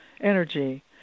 energy